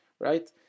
right